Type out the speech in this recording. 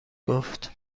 گفت